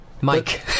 Mike